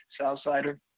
Southsider